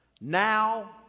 now